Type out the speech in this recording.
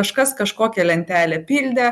kažkas kažkokią lentelę pildė